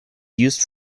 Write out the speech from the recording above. used